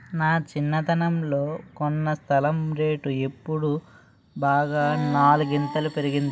నా చిన్నతనంలో కొన్న స్థలం రేటు ఇప్పుడు బాగా నాలుగింతలు పెరిగింది